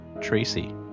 Tracy